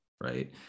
right